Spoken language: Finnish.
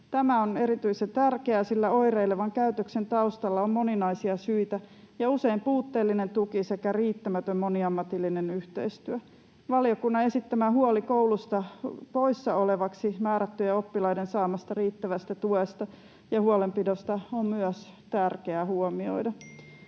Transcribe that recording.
Tämä on erityisen tärkeää, sillä oireilevan käytöksen taustalla on moninaisia syitä ja usein puutteellinen tuki sekä riittämätön moniammatillinen yhteistyö. Valiokunnan esittämä huoli koulusta poissa olevaksi määrättyjen oppilaiden saamasta riittävästä tuesta ja huolenpidosta on myös tärkeää huomioida.